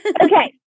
Okay